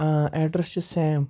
آ ایڈرَس چھُ سیم